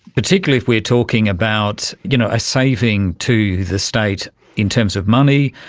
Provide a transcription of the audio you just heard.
particularly if we are talking about you know a saving to the state in terms of money,